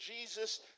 Jesus